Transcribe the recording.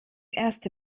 erste